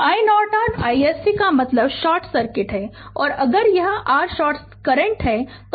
तो iNorton iSC का मतलब शॉर्ट सर्किट है और अगर यह r शॉर्ट सर्किट करंट है